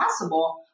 possible